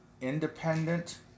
independent